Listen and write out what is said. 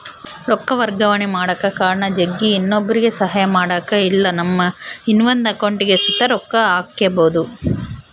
ರೊಕ್ಕ ವರ್ಗಾವಣೆ ಮಾಡಕ ಕಾರಣ ಜಗ್ಗಿ, ಇನ್ನೊಬ್ರುಗೆ ಸಹಾಯ ಮಾಡಕ ಇಲ್ಲಾ ನಮ್ಮ ಇನವಂದ್ ಅಕೌಂಟಿಗ್ ಸುತ ರೊಕ್ಕ ಹಾಕ್ಕ್ಯಬೋದು